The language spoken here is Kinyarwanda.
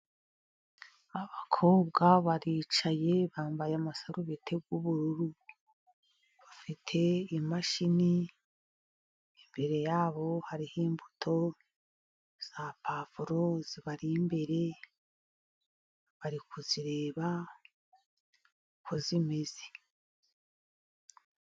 Abakobwa baricaye bambaye amasarubete y'ubururu bafite imashini, imbere yabo hariho imbuto za pavuro zibari imbere, barikuzireba uko zimeze.